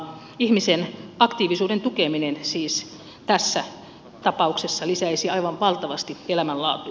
ihmisen aktiivisuuden tukeminen siis tässä tapauksessa lisäisi aivan valtavasti elämänlaatua